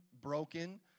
broken